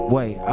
Wait